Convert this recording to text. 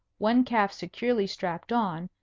one calf securely strapped on,